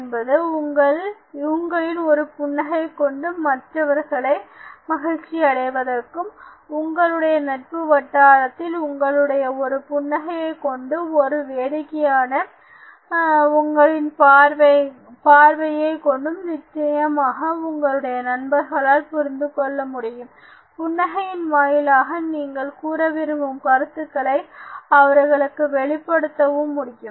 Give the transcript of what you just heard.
என்பது உங்களின் ஒரு புன்னகை கொண்டு மற்றவர்களை மகிழ்ச்சி அடைவதற்கும் உங்களுடைய நட்பு வட்டாரத்தில் உங்களுடைய ஒரு புன்னகையைக் கொண்டும் மற்றும் வேடிக்கையான உங்களின் பார்வையைக் கொண்டும் நிச்சயமாக உங்களுடைய நண்பர்களால் புரிந்து கொள்ள முடியும்புன்னகையின் வாயிலாக நீங்கள் கூற விரும்பும் கருத்துகளை அவர்களுக்கு வெளிப்படுத்தவும் முடியும்